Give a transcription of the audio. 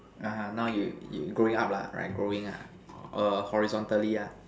(uh huh) now you you growing up lah right growing ah err horizontally lah